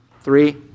three